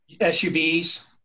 SUVs